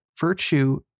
virtue